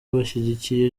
bashyigikiye